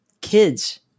kids